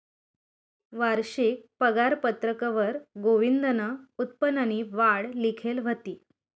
वारशिक पगारपत्रकवर गोविंदनं उत्पन्ननी वाढ लिखेल व्हती